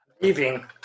Leaving